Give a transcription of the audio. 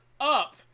up